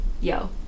yo